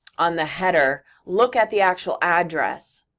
on the header, look at the actual address,